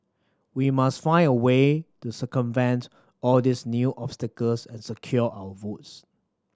we must find a way to circumvent all these new obstacles and secure our votes